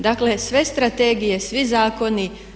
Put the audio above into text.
Dakle, sve strategije, svi zakoni.